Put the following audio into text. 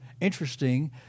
Interesting